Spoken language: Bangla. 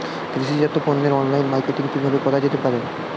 কৃষিজাত পণ্যের অনলাইন মার্কেটিং কিভাবে করা যেতে পারে?